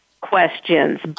questions